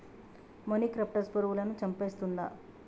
మొనిక్రప్టస్ పురుగులను చంపేస్తుందా?